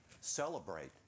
celebrate